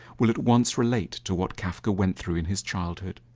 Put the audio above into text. will at once relate to what kafka went through in his childhood.